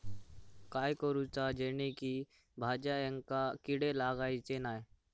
काय करूचा जेणेकी भाजायेंका किडे लागाचे नाय?